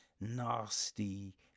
nasty